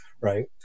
Right